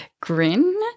Grin